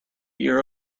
your